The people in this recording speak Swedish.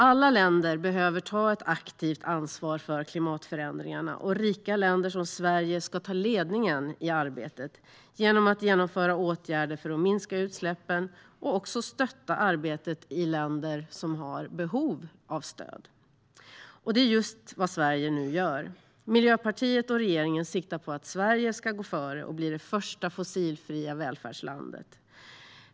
Alla länder behöver ta ett aktivt ansvar för klimatförändringarna, och rika länder som Sverige ska ta ledningen i arbetet genom att genomföra åtgärder för att minska utsläppen och också stötta arbetet i länder som har behov av stöd. Det är just vad Sverige nu gör. Miljöpartiet och regeringen siktar på att Sverige ska gå före och bli det första fossilfria välfärdslandet.